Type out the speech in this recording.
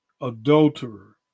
adulterer